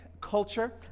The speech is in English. culture